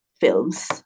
films